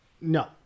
No